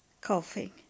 coughing